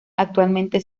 actualmente